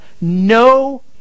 no